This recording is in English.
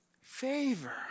favor